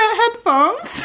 headphones